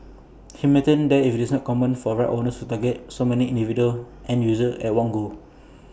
he maintained that IT is not common for rights owners to target so many individual end users at one go